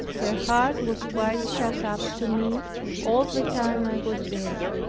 her heart was quite shut up to me all the time i was there.